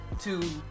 two